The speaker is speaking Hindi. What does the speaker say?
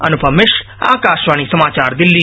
अनुपम मिश्र आकाशवाणी समाचार दिल्ली